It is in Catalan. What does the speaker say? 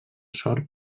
sort